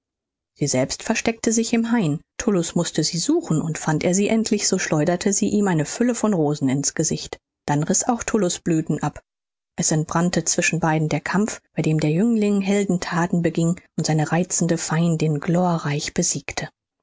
sie selbst versteckte sich im hain tullus mußte sie suchen und fand er sie endlich so schleuderte sie ihm eine fülle von rosen ins gesicht dann riß auch tullus blüthen ab es entbrannte zwischen beiden der kampf bei dem der jüngling heldenthaten beging und seine reizende feindin glorreich besiegte